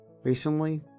Recently